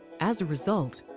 as a result,